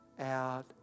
out